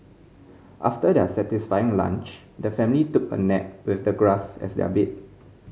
after their satisfying lunch the family took a nap with the grass as their bed